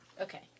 Okay